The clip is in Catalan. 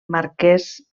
marquès